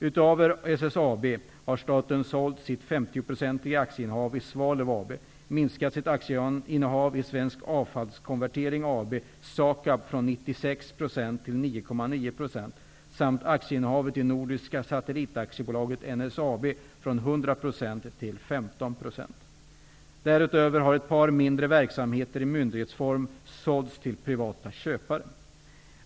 Utöver SSAB har staten sålt sitt femtioprocentiga aktieinnehav i Svalöf AB, minskat sitt aktieinnehav i Svensk Därutöver har ett par mindre verksamheter i myndighetsform sålts till privata köpare.